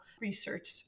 research